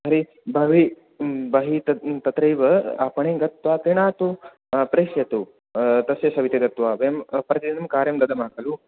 तर्हि भवि बहि तद् तत्रैव आपणे गत्वा क्रीणातु प्रेषयतु तस्य सविधे गत्वा वयं प्रतिदिनं कार्यं दद्मः खलु